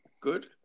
Good